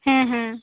ᱦᱮᱸ ᱦᱮᱸ